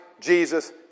Jesus